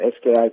SKI